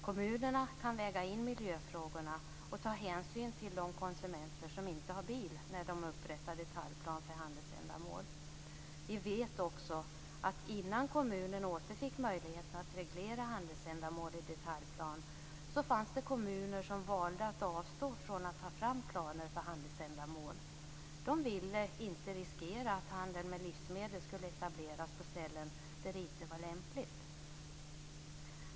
Kommunerna kan väga in miljöfrågorna och ta hänsyn till de konsumenter som inte har bil när de upprättar detaljplan för handelsändamål. Vi vet också att innan kommunerna återfick möjligheten att reglera handelsändamål i detaljplan, fanns det kommuner som valde att avstå från att ta fram planer för handelsändamål. De ville inte riskera att handel med livsmedel skulle etableras på ställen där det inte var lämpligt.